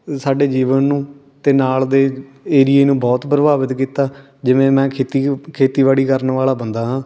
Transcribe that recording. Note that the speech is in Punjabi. ਸਾਡੇ ਜੀਵਨ ਨੂੰ ਅਤੇ ਨਾਲ ਦੇ ਏਰੀਏ ਨੂੰ ਬਹੁਤ ਪ੍ਰਭਾਵਿਤ ਕੀਤਾ ਜਿਵੇਂ ਮੈਂ ਖੇਤੀ ਖੇਤੀਬਾੜੀ ਕਰਨ ਵਾਲਾ ਬੰਦਾ ਹਾਂ